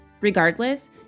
Regardless